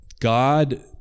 God